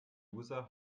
user